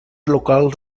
locals